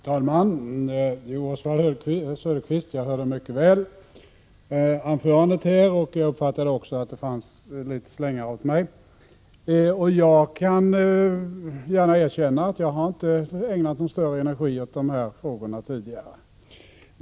Fru talman! Jo, jag hörde mycket väl Oswald Söderqvists anförande, och jag uppfattade också att det fanns litet slängar åt mig. Jag kan gärna erkänna att jag inte har ägnat någon större energi åt dessa frågor tidigare.